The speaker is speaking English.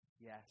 Yes